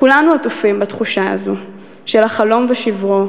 כולנו עטופים בתחושה הזו של החלום ושברו,